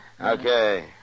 Okay